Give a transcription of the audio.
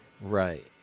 Right